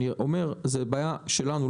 זה בעיה שלנו,